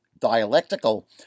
dialectical